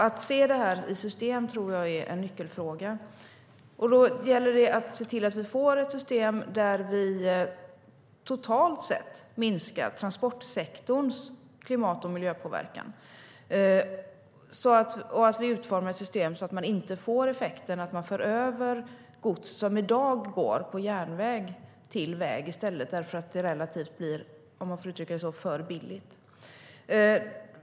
Att se det i system tror jag är en nyckelfråga. Det gäller att se till att vi får ett system där vi totalt sett minskar transportsektorns klimat och miljöpåverkan. Det gäller att vi utformar ett system så att man inte får effekten att man för över gods som i dag går på järnväg till väg i stället för att det relativt sett blir, som man får uttrycka det så, för billigt.